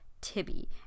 tibby